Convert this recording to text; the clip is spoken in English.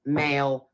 male